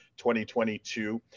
2022